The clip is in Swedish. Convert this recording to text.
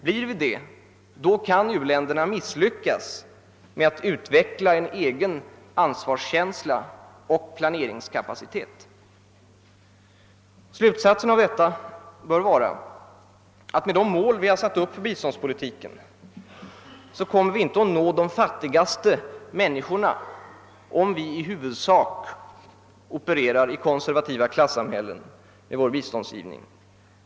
Blir vi det, kan u-länderna misslyckas med att utveckla en egen ansvarskänsla och planeringskapacitet. Slutsatsen av detta bör vara att vi med de mål vi satt upp i biståndspolitiken inte kommer att nå de fattigaste människorna, om vi i huvudsak opererar i konservativa klassamhällen med vår biståndsgivning.